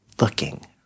looking